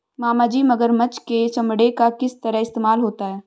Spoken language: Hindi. मामाजी मगरमच्छ के चमड़े का किस तरह इस्तेमाल होता है?